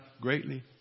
greatly